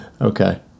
okay